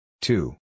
Two